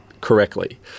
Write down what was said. correctly